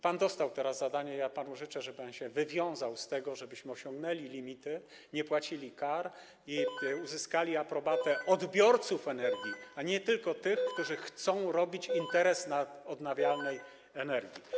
Pan dostał teraz zadanie, ja panu życzę, żeby pan się z tego wywiązał, żebyśmy osiągnęli limity, nie płacili kar i uzyskali aprobatę odbiorców energii, a nie tylko tych, którzy chcą robić interes na odnawialnej energii.